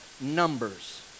numbers